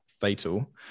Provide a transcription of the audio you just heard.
Fatal